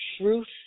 truth